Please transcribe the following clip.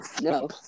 no